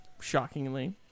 Shockingly